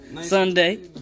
Sunday